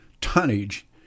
tonnage